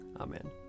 Amen